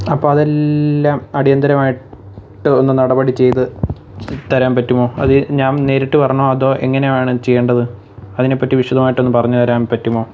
അപ്പോൾ അതെല്ലാം അടിയന്തിരമായിട്ട് ഒന്ന് നടപടി ചെയ്തു തരാൻ പറ്റുമോ അതു ഞാൻ നേരിട്ട് വരണമോ അതോ എങ്ങനെയാണ് ചെയ്യേണ്ടത് അതിനെപ്പറ്റി വിശദമായിട്ട് ഒന്നും പറഞ്ഞു തരാൻ പറ്റുമോ